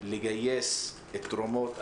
לגייס תרומות.